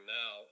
now